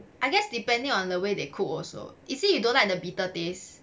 I guess depending on the way they cook also is it you don't like the bitter taste